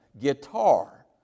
Guitar